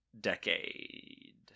Decade